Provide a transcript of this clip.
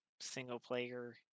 single-player